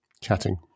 chatting